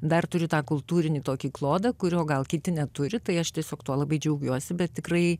dar turi tą kultūrinį tokį klodą kurio gal kiti neturi tai aš tiesiog tuo labai džiaugiuosi bet tikrai